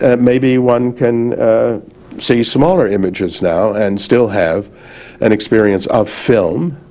and maybe one can see smaller images now and still have an experience of film,